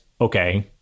okay